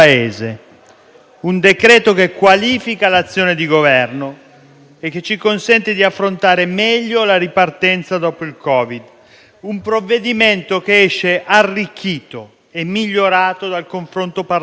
un decreto che qualifica l'azione di Governo e che ci consente di affrontare meglio la ripartenza dopo il Covid; un provvedimento che esce arricchito e migliorato dal confronto parlamentare,